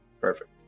Perfect